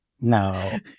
No